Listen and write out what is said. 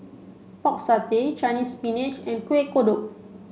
pork satay Chinese spinach and Kueh Kodok